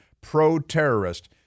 pro-terrorist